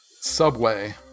Subway